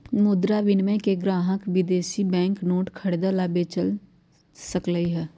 मुद्रा विनिमय में ग्राहक विदेशी मुद्रा बैंक नोट खरीद आ बेच सकलई ह